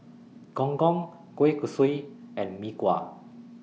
Gong Gong Kueh Kosui and Mee Kuah